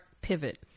pivot